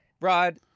Rod